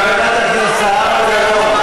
חברת הכנסת זהבה גלאון,